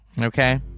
Okay